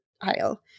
aisle